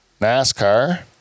NASCAR